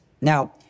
Now